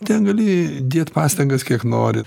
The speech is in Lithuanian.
ten gali dėt pastangas kiek nori